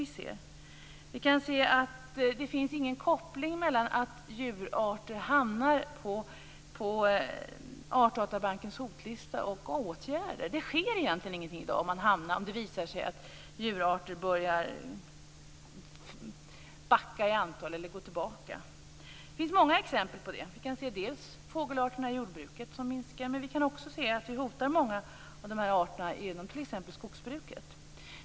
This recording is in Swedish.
Vi kan se att det inte finns någon koppling mellan att djurarter hamnar på Artdatabankens hotlista och åtgärder. Det sker i dag egentligen ingenting om det visar sig att djurarter börjar gå tillbaka i antal. Det finns många exempel på det. Det gäller t.ex. fågelarterna i jordbruket som minskar. Men vi kan se att vi hotar många av dessa arter genom t.ex. skogsbruket.